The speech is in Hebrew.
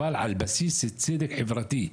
אבל על בסיס צדק חברתי.